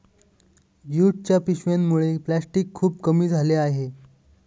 ज्यूटच्या पिशव्यांमुळे प्लॅस्टिक खूप कमी झाले आहे